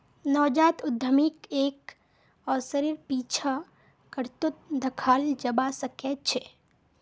नवजात उद्यमीक एक अवसरेर पीछा करतोत दखाल जबा सके छै